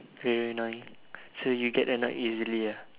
very annoying so you get annoyed easily ah